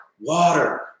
water